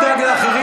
תדאג לעצמך,